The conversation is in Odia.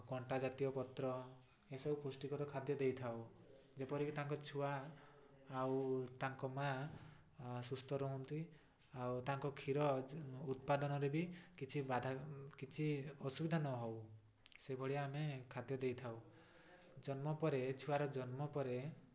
କଣ୍ଟା ଜାତୀୟ ପତ୍ର ଏସବୁ ପୃଷ୍ଟିକର ଖାଦ୍ୟ ଦେଇଥାଉ ଯେପରିକି ତାଙ୍କ ଛୁଆ ଆଉ ତାଙ୍କ ମା' ସୁସ୍ଥ ରୁହନ୍ତି ଆଉ ତାଙ୍କ କ୍ଷୀର ଉତ୍ପାଦନରେ ବି କିଛି ବାଧା କିଛି ଅସୁବିଧା ନ ହଉ ସେଭଳିଆ ଆମେ ଖାଦ୍ୟ ଦେଇଥାଉ ଜନ୍ମ ପରେ ଛୁଆର ଜନ୍ମ ପରେ